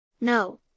No